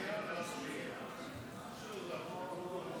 חבר הכנסת